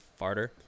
farter